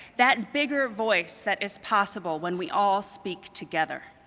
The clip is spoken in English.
that bigger voice that is possible when we all speak together?